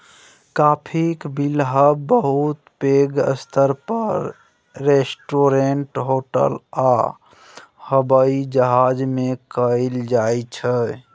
काफीक बिलहब बहुत पैघ स्तर पर रेस्टोरेंट, होटल आ हबाइ जहाज मे कएल जाइत छै